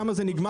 שם זה נגמר,